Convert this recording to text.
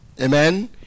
Amen